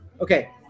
Okay